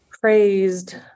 praised